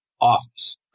office